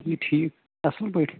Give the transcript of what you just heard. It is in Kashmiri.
بیٚیہِ ٹھیٖک اَصٕل پٲٹھۍ